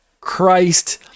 Christ